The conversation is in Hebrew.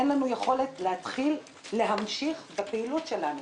לא תהיה לנו יכולת להמשיך את הפעילות שלנו.